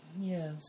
Yes